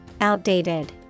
outdated